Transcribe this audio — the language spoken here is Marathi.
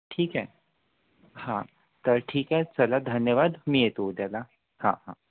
ठीक आहे हां तर ठीक आहे चला धन्यवाद मी येतो उद्याला हां हां